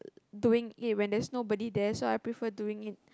doing it when there's nobody there